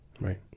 Right